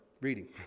reading